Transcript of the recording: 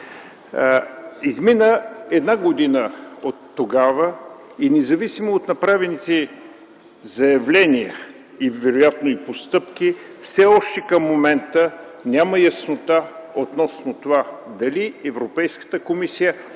Измина една година оттогава и независимо от направените заявления, вероятно и постъпки, все още към момента няма яснота дали Европейската комисия